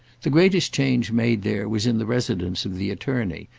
the greatest change made there was in the residence of the attorney,